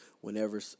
whenever